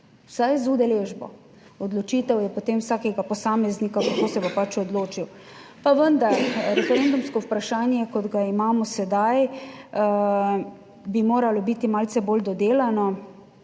vsaj z udeležbo, odločitev je potem vsakega posameznika, kako se bo pač odločil. Pa vendar referendumsko vprašanje, kot ga imamo sedaj, bi moralo biti malce bolj dodelano,